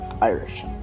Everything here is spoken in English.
Irish